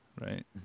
Right